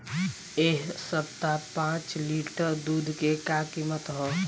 एह सप्ताह पाँच लीटर दुध के का किमत ह?